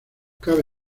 cabe